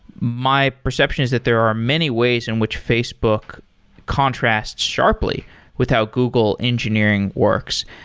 my perception is that there are many ways in which facebook contrasts sharply without google engineering works.